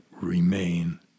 remain